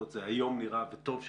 היום זה נראה, וטוב שכך,